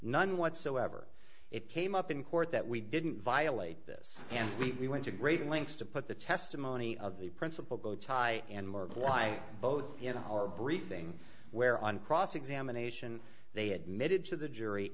none whatsoever it came up in court that we didn't violate this and we went to great lengths to put the testimony of the principal gotye and mark why both in our briefing where on cross examination they admitted to the jury